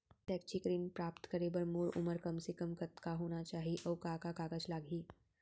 शैक्षिक ऋण प्राप्त करे बर मोर उमर कम से कम कतका होना चाहि, अऊ का का कागज लागही?